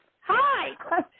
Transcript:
Hi